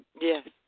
Yes